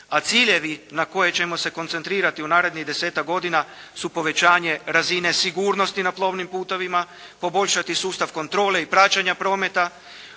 a ciljevi na koje ćemo se koncentrirati u narednih desetak godina su povećanje razine sigurnosti na plovnim putovima, poboljšati sustav kontrole i praćenja prometa,